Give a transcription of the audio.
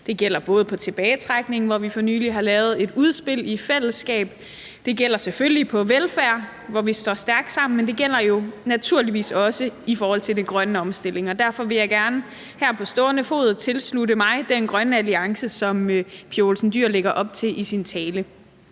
Det gælder både i forhold til tilbagetrækningen, hvor vi for nylig i fællesskab har lavet et udspil, det gælder selvfølgelig i forhold til velfærden, hvor vi står stærkt sammen, men det gælder jo naturligvis også i forhold til den grønne omstilling, og derfor vil jeg gerne her på stående fod tilslutte mig den grønne alliance, som fru Pia Olsen Dyhr i sin tale